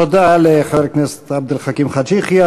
תודה לחבר הכנסת עבד אל חכים חאג' יחיא.